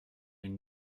une